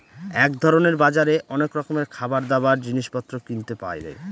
এক ধরনের বাজারে অনেক রকমের খাবার, দাবার, জিনিস পত্র কিনতে পারে